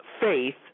faith